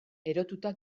erotuta